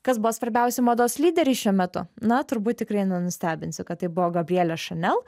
kas buvo svarbiausi mados lyderiai šiuo metu na turbūt tikrai nenustebinsiu kad tai buvo gabrielė šanel